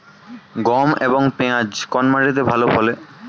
গম এবং পিয়াজ কোন মাটি তে ভালো ফলে?